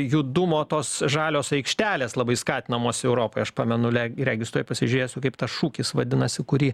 judumo tos žalios aikštelės labai skatinamos europoj aš pamenu le regis tuoj pasižiūrėsiu kaip tas šūkis vadinasi kurį